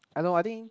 I know I think